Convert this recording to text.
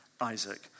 Isaac